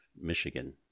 Michigan